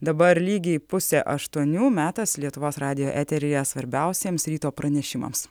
dabar lygiai pusė aštuonių metas lietuvos radijo eteryje svarbiausiems ryto pranešimams